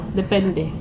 depende